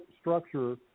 structure